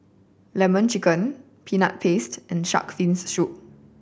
Lemon Chicken Peanut Paste and Shark's Fin Soup